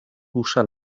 usa